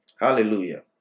Hallelujah